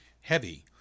heavy